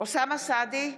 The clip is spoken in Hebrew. אוסאמה סעדי,